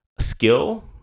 Skill